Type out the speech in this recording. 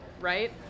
right